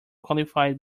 quantified